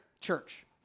church